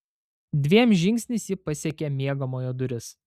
dviem žingsniais ji pasiekė miegamojo duris